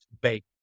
bake